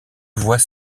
voix